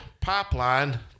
pipeline